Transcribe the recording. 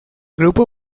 grupo